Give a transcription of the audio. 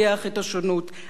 אבל כולם כולם,